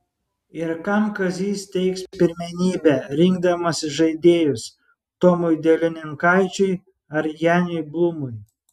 ir kam kazys teiks pirmenybę rinkdamasis žaidėjus tomui delininkaičiui ar janiui blūmui